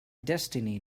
destiny